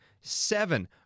seven